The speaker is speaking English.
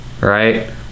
right